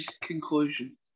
conclusion